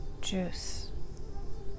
juice